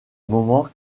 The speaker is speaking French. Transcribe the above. moment